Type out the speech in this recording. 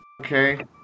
Okay